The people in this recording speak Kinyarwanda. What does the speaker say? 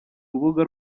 urubuga